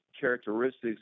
characteristics